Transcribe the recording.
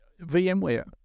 VMware